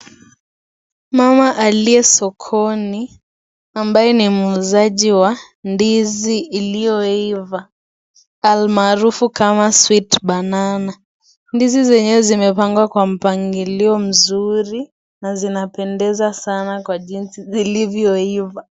Mama aliye sokoni ambaye ni muuzaji wa ndizi ilioiva almaarufu kama (cs) sweet banana (cs) . Ndizi zenyewe vimepangwa kwa mpangilio mzuri na zinapendeza sana kwa jinsi zilivyoiva.